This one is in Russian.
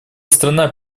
страна